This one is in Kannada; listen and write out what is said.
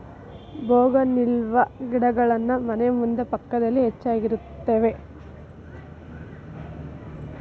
ಬೋಗನ್ವಿಲ್ಲಾ ಗಿಡಗಳನ್ನಾ ಮನೆ ಮುಂದೆ ಪಕ್ಕದಲ್ಲಿ ಹೆಚ್ಚಾಗಿರುತ್ತವೆ